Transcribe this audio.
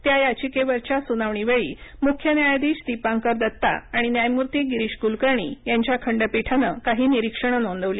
त्या याचिकेवरच्या सुनावणी वेळी मुख्य न्यायाधीश दीपांकर दत्ता आणि न्यायमूर्ती गिरीश कुलकर्णी यांच्या खंडपीठानं काही निरीक्षणं नोंदवली